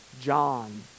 John